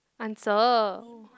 answer